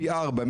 פי ארבע,